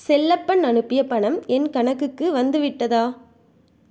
செல்லப்பன் அனுப்பிய பணம் என் கணக்குக்கு வந்துவிட்டதா